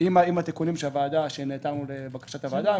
עם התיקונים שנעתרנו לבקשת הוועדה,